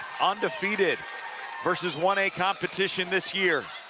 undefeated versus one a competition this year.